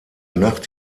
nacht